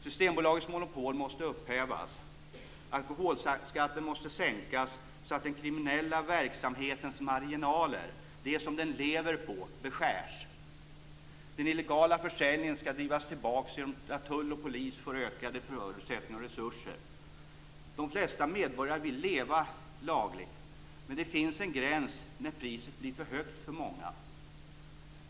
Systembolagets monopol måste upphävas. Alkoholskatten måste sänkas så att den kriminella verksamhetens marginaler - det som den lever på - beskärs. Den illegala försäljningen ska drivas tillbaka genom att tull och polis får ökade förutsättningar och resurser. De flesta medborgare vill leva lagligt, men det finns en gräns när priset blir för högt för många.